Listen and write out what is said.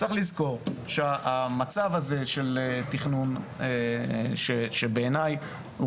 צריך לזכור שהמצב הזה של תכנון שבעיניי הוא